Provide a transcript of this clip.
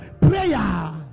prayer